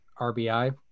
RBI